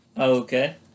Okay